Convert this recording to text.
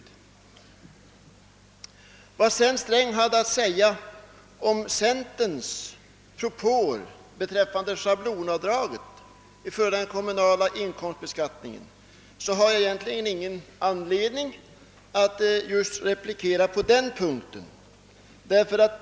Vad herr Sträng hade att säga om centerns propåer beträffande schablonavdraget vid den kommunala inkomstbeskattningen ger mig egentligen ingen anledning att replikera.